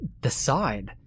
decide